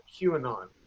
QAnon